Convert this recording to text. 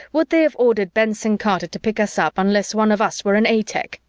would they have ordered benson-carter to pick us up unless one of us were an a-tech?